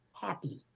happy